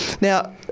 Now